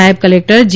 નાયબ કલેક્ટર જી